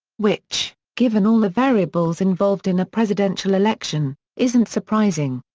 which, given all the variables involved in a presidential election, isn't surprising.